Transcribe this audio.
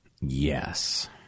Yes